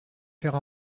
faire